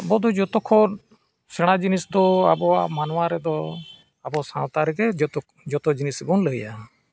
ᱟᱵᱚ ᱫᱚ ᱡᱷᱚᱛᱚᱠᱷᱚᱱ ᱥᱮᱬᱟ ᱡᱤᱱᱤᱥ ᱫᱚ ᱟᱵᱚᱣᱟᱜ ᱢᱟᱱᱣᱟ ᱨᱮᱫᱚ ᱟᱵᱚ ᱥᱟᱶᱛᱟ ᱨᱮᱜᱮ ᱡᱷᱚᱛᱚ ᱡᱷᱚᱛᱚ ᱡᱤᱱᱤᱥ ᱵᱚᱱ ᱞᱟᱹᱭᱟ